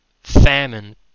famine